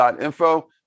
info